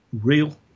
real